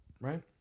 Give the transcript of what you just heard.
Right